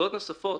נקודות נוספות: